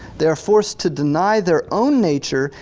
they are forced to deny their own nature,